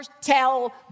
tell